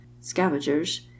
scavengers